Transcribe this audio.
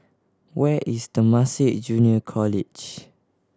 where is Temasek Junior College